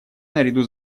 наряду